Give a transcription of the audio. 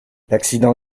l’accident